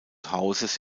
hauses